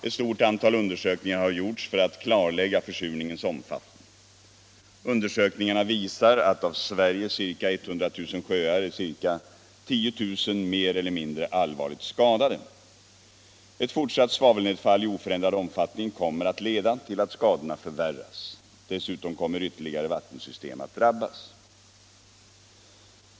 Ett stort antal undersökningar har gjorts för att klarlägga försurningens omfattning. Undersökningarna visar att av Sveriges 100 000 sjöar är omkring 10 000 mer eller mindre allvarligt skadade. Ett fortsatt svavelnedfall i oförändrad omfattning kommer att leda till att skadorna förvärras. Dessutom kommer ytterligare vattensystem att drabbas.